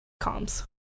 comms